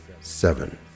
seven